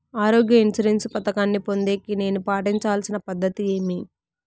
ఆరోగ్య ఇన్సూరెన్సు పథకాన్ని పొందేకి నేను పాటించాల్సిన పద్ధతి ఏమి?